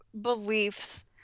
beliefs